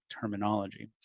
terminology